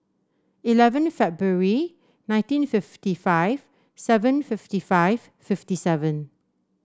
eleven February nineteen fifty five seven fifty five fifty seven